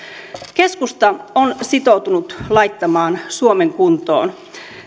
keskusta on sitoutunut laittamaan suomen kuntoon